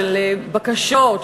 של בקשות,